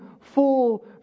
full